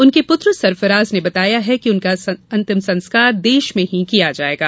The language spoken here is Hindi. उनके पुत्र सरफराज ने बताया कि उनका अंतिम संस्कांर देश में ही किया जायेगा